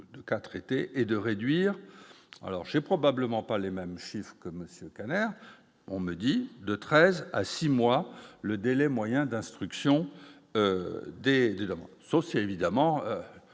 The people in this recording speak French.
de cas traités et de réduire, alors j'ai probablement pas les mêmes chiffres que Monsieur Kanner, on me dit de 13 à 6 mois le délai moyen d'instruction des évidemment Sophie évidemment